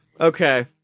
Okay